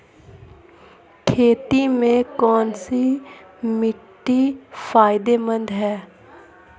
खेती में कौनसी मिट्टी फायदेमंद है?